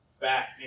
back